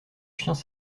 chiens